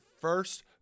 first